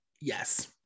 Yes